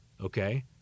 okay